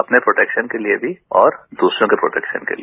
अपने प्रोटैक्शन के लिए भी और दूसरों के प्रोटैक्शन के लिए